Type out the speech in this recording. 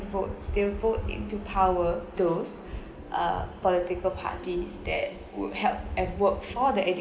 vote they will vote into power those uh political parties that would help and work for the edu~